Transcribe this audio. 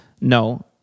no